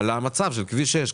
על המצב של כביש 6,